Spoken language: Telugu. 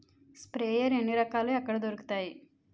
స్ప్రేయర్ ఎన్ని రకాలు? ఎక్కడ దొరుకుతాయి?